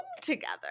together